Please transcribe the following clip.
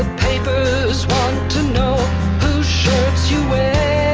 papers want to know whose shirts you wear